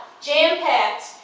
jam-packed